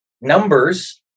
numbers